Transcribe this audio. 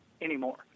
anymore